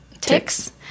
Ticks